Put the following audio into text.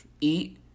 Eat